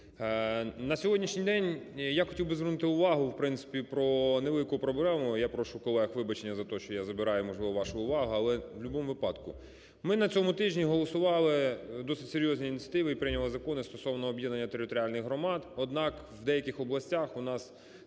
На сьогоднішній день я хотів би звернути увагу, в принципі, про невелику проблему. Я прошу у колег вибачення за те, що я забираю, можливу, вашу увагу. Але в будь-якому випадку… Ми на цьому тижні голосували досить серйозні ініціативи і прийняли закони стосовно об'єднання територіальних громад. Однак в деяких областях у нас